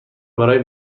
برای